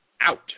Out